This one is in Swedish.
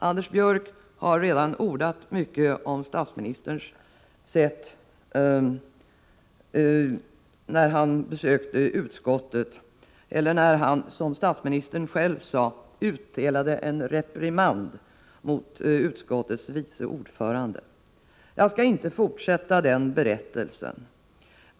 Anders Björck har redan ordat mycket om statsministerns sätt när han, som statsministern själv sade, utdelade en reprimand till utskottets vice ordförande. Jag skall inte fortsätta den berättelsen.